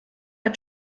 hat